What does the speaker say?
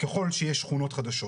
ככל שיש שכונות חדשות,